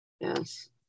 Yes